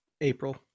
April